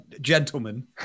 gentlemen